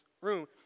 room